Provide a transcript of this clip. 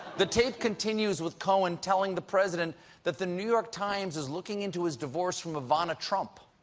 the tape continues with cohen telling the president that the new york times is looking into his divorce from ivana trump.